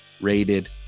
rated